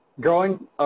growing